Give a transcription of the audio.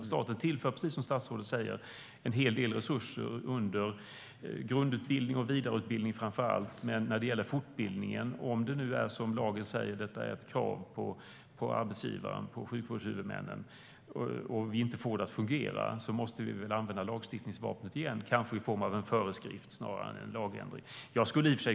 Som statsrådet säger tillför staten en hel del resurser, framför allt under grund och vidareutbildning. Om lagen nu säger att fortbildning är ett krav på arbetsgivaren - sjukvårdshuvudmännen - och vi inte får det att fungera måste vi använda lagstiftningsvapnet igen, kanske i form av en föreskrift snarare än en lagändring.